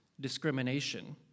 discrimination